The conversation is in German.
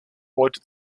beute